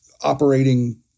operating